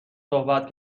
صحبت